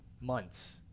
months